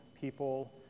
people